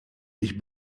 ich